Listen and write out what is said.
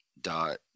dot